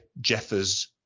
Jeffers